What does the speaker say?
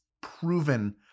proven